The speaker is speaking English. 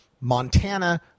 Montana